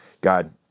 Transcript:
God